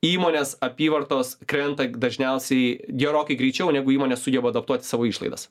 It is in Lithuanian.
įmonės apyvartos krenta dažniausiai gerokai greičiau negu įmonės sugeba adaptuoti savo išlaidas